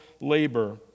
labor